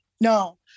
No